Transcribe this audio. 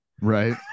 Right